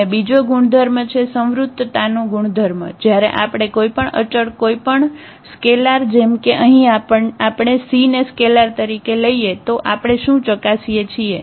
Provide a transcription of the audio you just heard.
અને બીજો ગુણધર્મ છે સંવૃતતાનો ગુણધર્મ જયારે આપણે કોઈપણ અચળ કોઈપણ સ્કેલાર જેમકે અહીં આપણે c ને સ્કેલાર તરીકે લઈએ તો આપણે શું ચકાસીએ છીએ